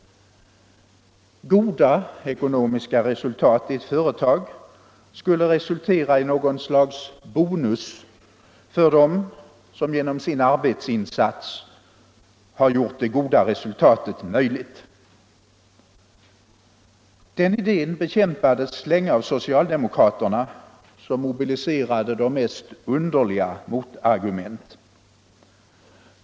Goda ekonomiska resultat i ett företag skulle resultera i något slags bonus för dem som genom sin arbetsinsats gjort de goda resultaten möjliga. Den idén bekämpades länge av socialdemokraterna, som mobiliserade de mest underliga motargument.